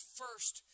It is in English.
first